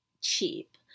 cheap